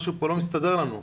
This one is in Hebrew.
משהו פה לא מסתדר לנו.